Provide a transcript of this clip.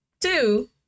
two